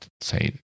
say